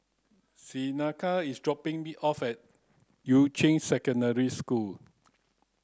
Seneca is dropping me off at Yuan Ching Secondary School